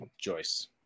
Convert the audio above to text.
Joyce